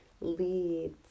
leads